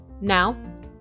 Now